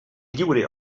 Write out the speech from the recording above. lliure